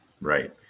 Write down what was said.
right